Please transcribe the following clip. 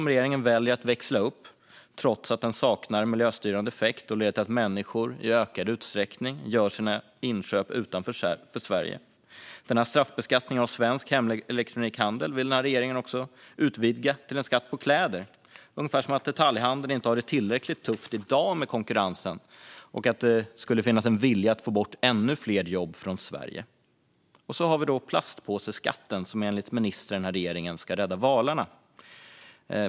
Regeringen väljer att växla upp kemikaliskatten, trots att den saknar miljöstyrande effekt och leder till att människor i ökad utsträckning gör sina inköp utanför Sverige. Denna straffbeskattning av svensk hemelektronikhandel vill den här regeringen utvidga till en skatt på kläder. Det är ungefär som att detaljhandeln inte har det tillräckligt tufft i dag med konkurrensen och att det skulle finnas en vilja att få bort ännu fler jobb från Sverige. Så har vi då plastpåseskatten, som enligt ministrar i regeringen ska rädda valarna.